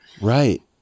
right